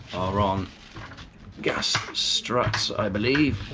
are on gas struts, i believe,